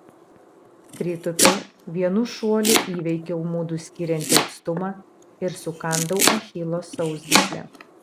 pritūpiau vienu šuoliu įveikiau mudu skiriantį atstumą ir sukandau achilo sausgyslę